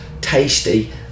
tasty